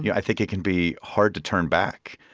yeah i think it can be hard to turn back.